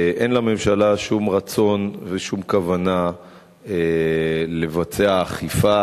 אין לממשלה שום רצון ושום כוונה לבצע אכיפה